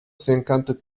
cinquante